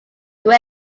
gwen